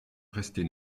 restée